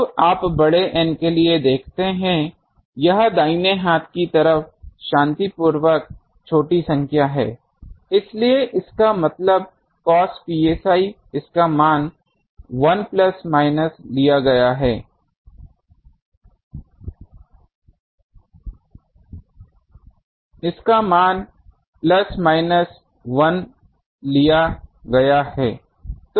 अब आप बड़े N के लिए देखते हैं यह दाहिने हाथ की तरफ शांतिपूर्वक छोटी संख्या है इसलिए इसका मतलब cos psi इसका मान प्लस माइनस 1 लिया गया है